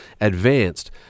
advanced